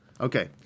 Okay